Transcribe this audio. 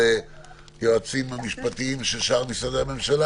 היועצים המשפטיים של שאר משרדי הממשלה.